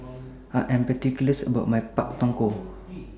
I Am particular about My Pak Thong Ko